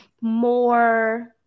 more